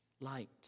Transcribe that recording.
light